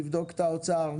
נבדוק את האוצר,